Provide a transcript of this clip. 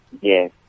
Yes